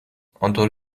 آنطور